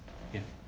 ya